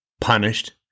punished